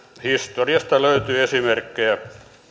historiasta löytyy esimerkkejä